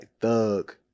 Thug